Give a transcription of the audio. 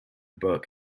book